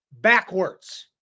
backwards